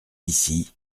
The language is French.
ici